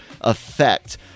effect